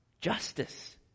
justice